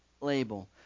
label